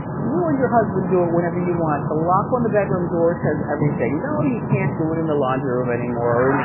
you and your husband do it whenever you want. the lock on the bedroom door says everything. no, you can't do it in the laundry room anymore